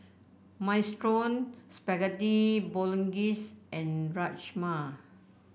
Minestrone Spaghetti Bolognese and Rajma